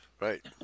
right